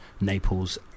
Naples